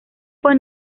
fue